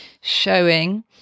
showing